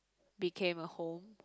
became a home